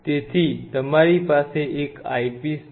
તેથી તમારી પાસે એક આઈપિસ છે